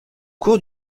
cours